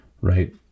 right